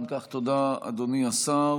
אם כך, תודה, אדוני השר.